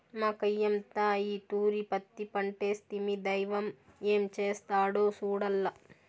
మాకయ్యంతా ఈ తూరి పత్తి పంటేస్తిమి, దైవం ఏం చేస్తాడో సూడాల్ల